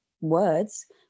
words